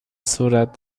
صورت